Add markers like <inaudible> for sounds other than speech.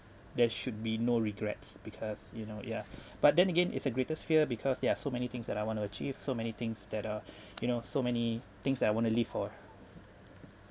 there should be no regrets because you know ya <breath> but then again it's a greater fear because there are so many things that I want to achieve so many things that uh <breath> you know so many things that I want to live for